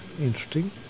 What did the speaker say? Interesting